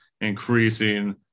increasing